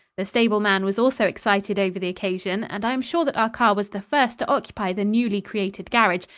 the stable man was also excited over the occasion, and i am sure that our car was the first to occupy the newly created garage,